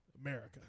America